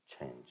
change